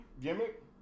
gimmick